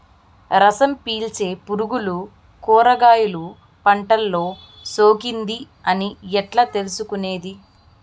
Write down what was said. రసం పీల్చే పులుగులు కూరగాయలు పంటలో సోకింది అని ఎట్లా తెలుసుకునేది?